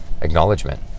acknowledgement